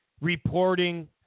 reporting